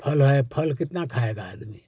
फल है फल कितना खाएगा आदमी